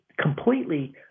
completely